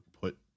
put